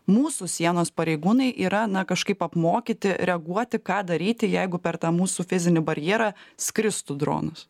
mūsų sienos pareigūnai yra na kažkaip apmokyti reaguoti ką daryti jeigu per tą mūsų fizinį barjerą skristų dronas